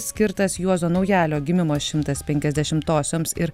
skirtas juozo naujalio gimimo šimtas penkiasdešimtosioms ir